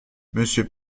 monsieur